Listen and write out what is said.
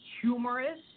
humorous